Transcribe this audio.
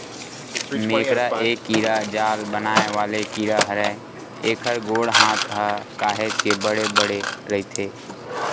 मेकरा ए कीरा जाल बनाय वाले कीरा हरय, एखर गोड़ हात ह काहेच के बड़े बड़े रहिथे